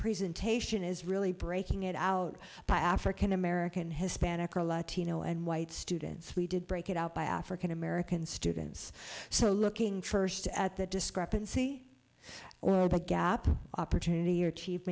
presentation is really breaking it out by african american hispanic or latino and white students we did break it out by african american students so looking at the discrepancy or a gap opportunity or